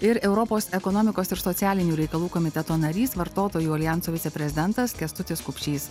ir europos ekonomikos ir socialinių reikalų komiteto narys vartotojų aljanso viceprezidentas kęstutis kupšys